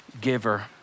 giver